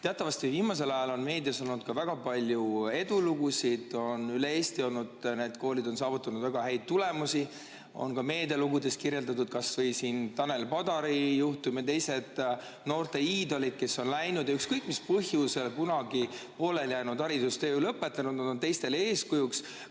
Teatavasti on viimasel ajal meedias olnud ka väga palju edulugusid, üle Eesti on need koolid saavutanud väga häid tulemusi. Seda on ka meedialugudes kirjeldatud, kas või Tanel Padar ja teised noorte iidolid, kes on läinud ja ükskõik mis põhjusel kunagi pooleli jäänud haridustee lõpetanud. Nad on teistele eeskujuks.